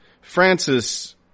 Francis